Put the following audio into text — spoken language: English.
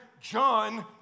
John